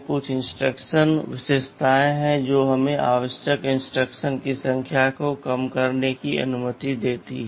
कुछ इंस्ट्रक्शन विशेषताएं हैं जो हमें आवश्यक इंस्ट्रक्शंस की संख्या को कम करने की अनुमति देती हैं